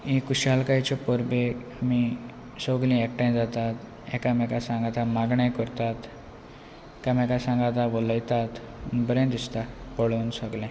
आनी खुशालकायचे परबेक आमी सगलीं एकठांय जातात एकांमेकां सांगाता मागणे करतात एकांमेकां सांगाता उलयतात बरें दिसता पळोवन सगळें